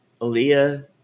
Aaliyah